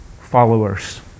followers